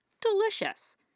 Delicious